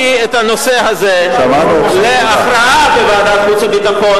במקום להביא את הנושא הזה להכרעה בוועדת חוץ וביטחון,